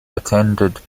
attended